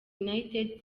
united